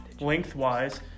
lengthwise